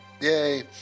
Yay